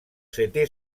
setè